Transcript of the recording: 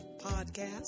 podcast